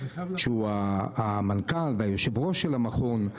שהוא המנכ"ל והיו"ר של המכון,